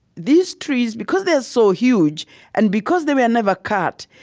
these trees, because they are so huge and because they were never cut,